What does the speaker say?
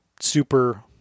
super